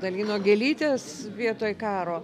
dalino gėlytes vietoj karo